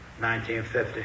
1950